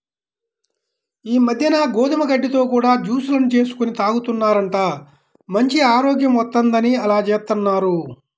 ఈ మద్దెన గోధుమ గడ్డితో కూడా జూస్ లను చేసుకొని తాగుతున్నారంట, మంచి ఆరోగ్యం వత్తందని అలా జేత్తన్నారు